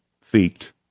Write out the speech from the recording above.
feet